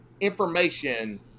information